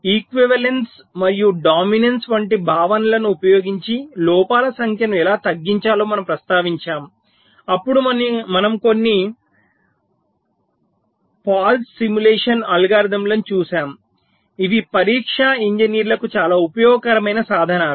equivalence మరియు dominance వంటి భావనలను ఉపయోగించి లోపాల సంఖ్యను ఎలా తగ్గించాలో మనం ప్రస్తావించాము అప్పుడు మనం కొన్ని ఫాల్ట్స్ సిములేషన్ అల్గోరిథంలను చూశాము ఇవి పరీక్ష ఇంజనీర్లకు చాలా ఉపయోగకరమైన సాధనాలు